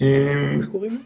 עובדה שהתחלואה עלתה.